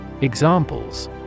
Examples